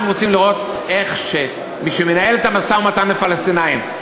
אנחנו רוצים לראות איך מי שמנהל את המשא-ומתן עם הפלסטינים,